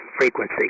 frequency